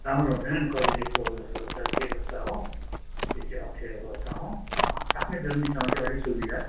राम्रो हुँदैन नि कतिले पोलझोस गर्छ के गर्छ हो त्यो चाहिँ अप्ठ्यारो पर्छ हो आफ्नै जमिन छ भने चाहिँ अलिक सुविधा